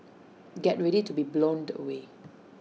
get ready to be blown away